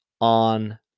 on